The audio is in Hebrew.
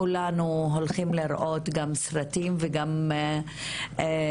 כולנו הולכים לראות גם סרטים, וגם צופים